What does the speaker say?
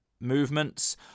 movements